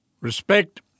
Respect